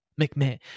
McMahon